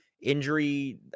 injury